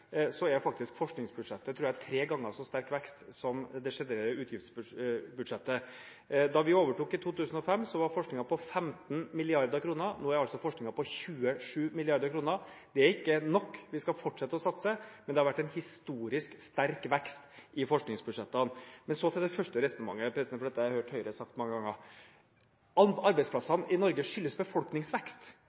det generelle utgiftsbudsjettet. Da vi overtok i 2005, var forskningen på 15 mrd. kr, nå er den på 27 mrd. kr. Det er ikke nok, vi skal fortsette med å satse, men det har vært en historisk sterk vekst i forskningsbudsjettene. Så til det første resonnementet, for dette har jeg hørt Høyre si mange ganger. At arbeidsplassene i Norge skyldes befolkningsvekst,